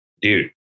dude